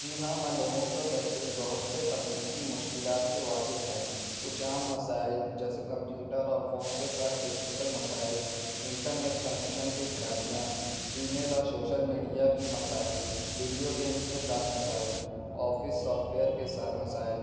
جی ہاں میں لوگوں کو درپیش بہت سے تکنیکی مشکلات سے واقف ہوں کچھ عام مسائل جیسے کمپیوٹر اور فونس کے ساتھ ٹیکنیکل مسائل انٹرنیٹ کنیکشن کی خرابیاں ای میل اور شوشل میڈیا کی مسائل ویڈیو گیمس کے ساتھ مسائل آفس سافٹویئر کے ساتھ مسائل